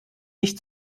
nicht